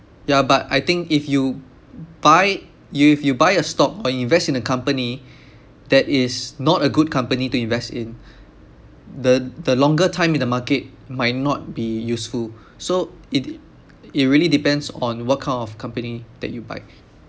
ya but I think if you buy you if you buy a stock or you invest in a company that is not a good company to invest in the the longer time in the market might not be useful so it it really depends on what kind of company that you buy